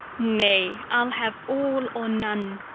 nay, i'll have all or none.